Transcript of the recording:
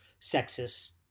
sexist